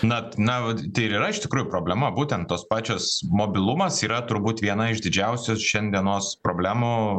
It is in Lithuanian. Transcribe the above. nat na vat tai ir yra iš tikrųjų problema būtent tos pačios mobilumas yra turbūt viena iš didžiausios šiandienos problemų